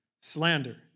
slander